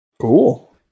cool